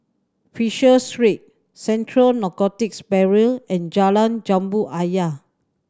Fisher Street Central Narcotics Bureau and Jalan Jambu Ayer